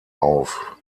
auf